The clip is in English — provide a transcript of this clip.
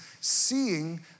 seeing